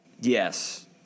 Yes